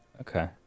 Okay